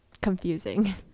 confusing